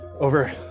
Over